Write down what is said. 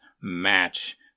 match